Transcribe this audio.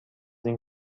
این